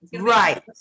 Right